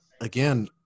again